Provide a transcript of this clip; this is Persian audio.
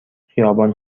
خیابان